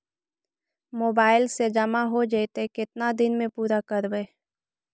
Mobile से जामा हो जैतय, केतना दिन में पुरा करबैय?